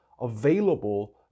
available